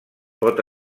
pot